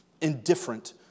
indifferent